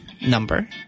number